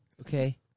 okay